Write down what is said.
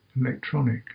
electronic